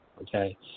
okay